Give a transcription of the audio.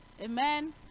Amen